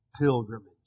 pilgrimage